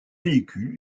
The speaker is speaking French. véhicules